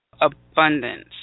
abundance